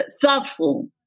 thoughtful